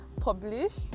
publish